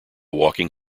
walking